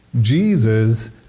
Jesus